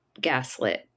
gaslit